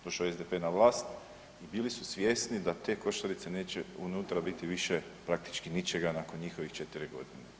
Došao je SDP na vlast bili su svjesni da te košarice neće unutra biti više praktički ničega nakon njihovih 4 godine.